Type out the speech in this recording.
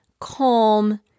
calm